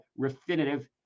Refinitive